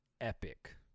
epic